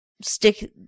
stick